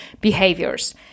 behaviors